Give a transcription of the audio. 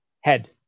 head